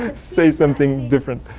say something different.